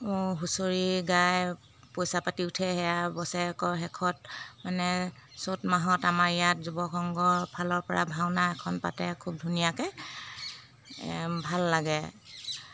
হুঁচৰি গায় পইচা পাতি উঠে হেয়া বছৰেকৰ শেষত মানে চ'ত মাহত আমাৰ ইয়াত যুৱক সংঘৰ ফালৰ পৰা ভাওনা এখন পাতে খুব ধুনীয়াকৈ ভাল লাগে